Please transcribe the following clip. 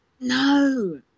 no